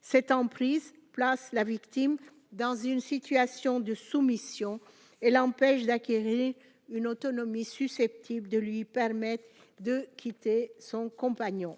cette emprise place la victime dans une situation de soumission et l'empêche d'acquérir une autonomie susceptibles de lui permettent de quitter son compagnon